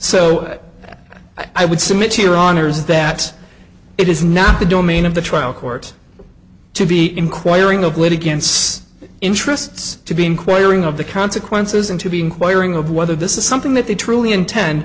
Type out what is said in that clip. honor's that it is not the domain of the trial court to be inquiring of late against interests to be inquiring of the consequences and to be inquiring of whether this is something that they truly inten